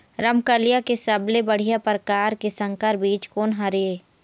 रमकलिया के सबले बढ़िया परकार के संकर बीज कोन हर ये?